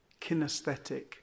kinesthetic